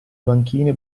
banchine